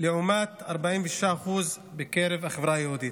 לעומת 46% בקרב החברה היהודית.